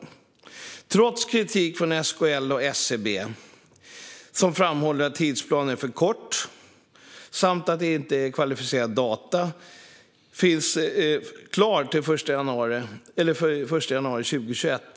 Detta trots kritik från SKL och SCB, som framhåller att tidsplanen är för kort samt att kvalitetssäkrad data inte finns klar förrän den 1 januari 2021.